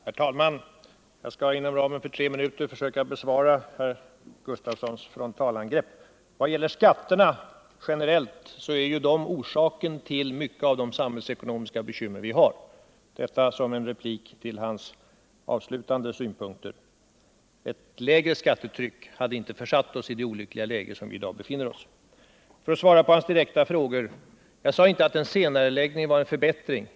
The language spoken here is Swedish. Herr talman! Jag skall inom ramen för tre minuter försöka besvara Hans Gustafssons frontalangrepp. Skatterna generellt är ju orsaken till mycket av de samhällsekonomiska bekymmer vi har — detta som en replik till hans avslutande synpunkter. Med ett lägre skattetryck hade vi inte försatt oss i det olyckliga läge vi i dag har. För att besvara hans direkta frågor: Jag sade inte att en senareläggning var en förbättring.